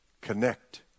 Connect